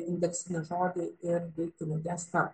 indeksinį žodį ir deiktinį gestą